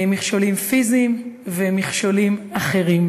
מכשולים פיזיים ומכשולים אחרים.